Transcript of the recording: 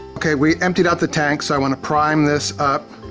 okay, we emptied out the tank, so i want to prime this up.